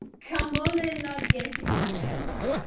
come on! i'm not getting any younger'.